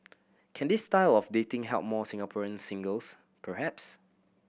can this style of dating help more Singaporean singles perhaps